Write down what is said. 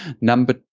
Number